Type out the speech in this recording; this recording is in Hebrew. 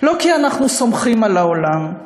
לא כי אנחנו סומכים על העולם,